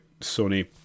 Sony